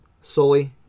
Sully